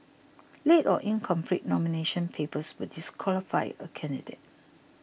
late or incomplete nomination papers will disqualify a candidate